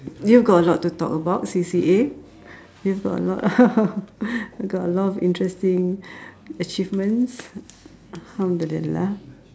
you've got a lot to talk about C_C_A you've got a lot got a lot of interesting achievements alhamdulillah